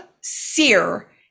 Sear